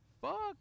Fuck